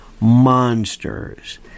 monsters